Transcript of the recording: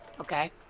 okay